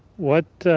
what